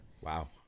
Wow